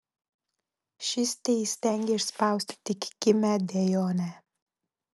šis teįstengė išspausti tik kimią dejonę